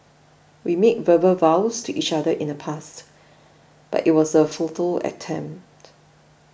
we made verbal vows to each other in the past but it was a futile attempt